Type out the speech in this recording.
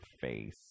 face